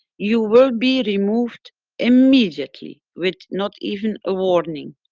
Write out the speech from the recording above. you will be removed immediately, with not even a warning.